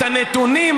את הנתונים,